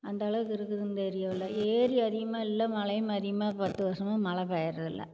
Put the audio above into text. அந்த அளவுக்கு இருக்குது இந்த ஏரியாவில் ஏரி அதிகமாக இல்லை மலையும் அதிகமாக பத்து வருசமாக மழை பெய்யறதில்லை